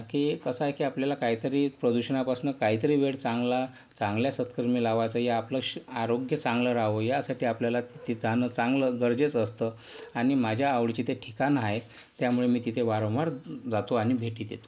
कारण की कसं आहे की आपल्याला काहीतरी प्रदूषणापासून काहीतरी वेड चांगला चांगल्या सत्कर्मी लावायचा हे आपलं आरोग्य चांगलं राहावं यासाठी आपल्याला तिथं जाणं चांगलं गरजेचं असतं आणि माझ्या आवडीचं ते ठिकाणं आहे त्यामुळे मी तिथे वारंवार जातो आणि भेटी देतो